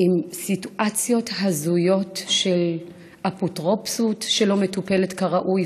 עם סיטואציות הזויות של אפוטרופסות שלא מטופלת כראוי,